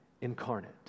incarnate